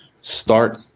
Start